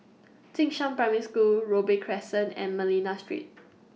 Jing Shan Primary School Robey Crescent and Manila Street